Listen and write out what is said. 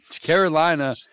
Carolina